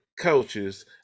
coaches